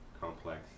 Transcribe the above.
complex